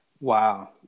Wow